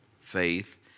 faith